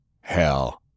Hell